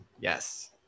Yes